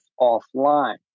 offline